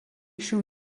šių